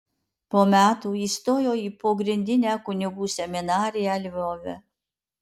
po metų įstojo į pogrindinę kunigų seminariją lvove